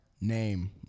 Name